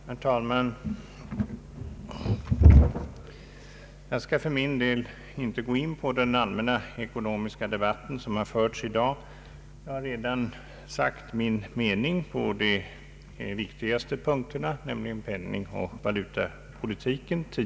Herr talman! Jag skall för min del inte gå in på den allmänna ekonomiska debatt som har förts i dag — jag har redan tidigare sagt min mening på de viktigaste punkterna, nämligen penningoch valutapolitiken.